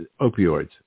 opioids